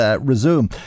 resume